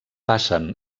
passen